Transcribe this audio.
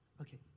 Okay